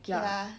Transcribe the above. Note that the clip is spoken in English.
K lah